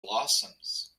blossoms